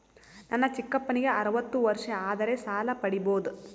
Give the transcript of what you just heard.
ನನ್ನ ಚಿಕ್ಕಪ್ಪನಿಗೆ ಅರವತ್ತು ವರ್ಷ ಆದರೆ ಸಾಲ ಪಡಿಬೋದ?